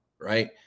right